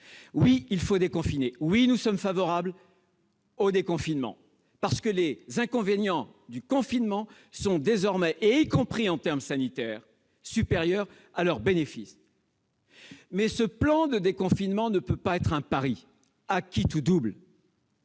Oui, il faut déconfiner. Oui, nous sommes favorables au déconfinement, parce que les inconvénients du confinement sont désormais, y compris en termes sanitaires, supérieurs à ses bénéfices. Mais ce plan de déconfinement ne saurait être un pari à quitte ou double